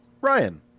Ryan